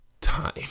time